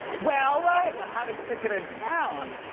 and well. like the hottest ticket in town.